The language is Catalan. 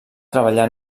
treballar